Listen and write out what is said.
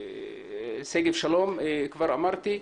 ושגב שלום כבר אמרתי.